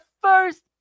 first